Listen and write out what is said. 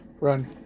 Run